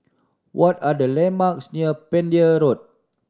what are the landmarks near Pender Road